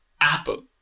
Apple